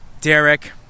Derek